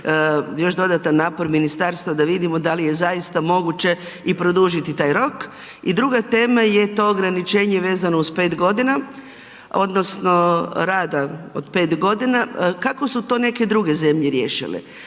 još dodatan napor ministarstva da vidimo da li je zaista moguće i produžiti taj rok. I druga tema je to ograničenje vezano uz 5 godina odnosno rada od 5 godina. Kako su to neke druge zemlje riješile?